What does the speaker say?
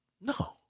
No